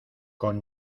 con